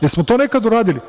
Jel smo to nekad uradili?